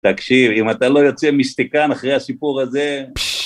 תקשיב, אם אתה לא יוצא מיסטיקן אחרי הסיפור הזה...